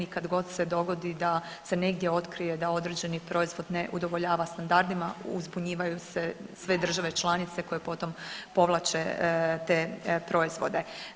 I kad god se dogodi da se negdje otkrije da određeni proizvod ne udovoljava standardima uzbunjivaju se sve države članice koje potom povlače te proizvode.